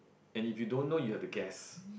and if you don't know you have to guess